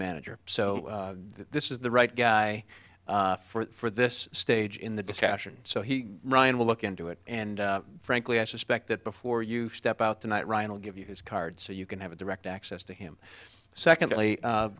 manager so this is the right guy for this stage in the discussion so he ryan will look into it and frankly i suspect that before you step out tonight ryan will give you his card so you can have a direct access to him secondly